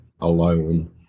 alone